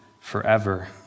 forever